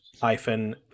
hyphen